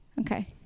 Okay